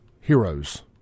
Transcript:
Heroes